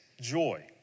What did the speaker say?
joy